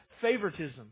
favoritism